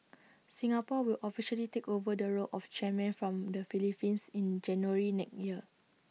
Singapore will officially take over the role of chairman from the Philippines in January next year